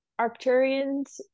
arcturians